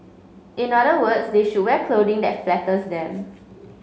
in other words they should wear clothing that flatters them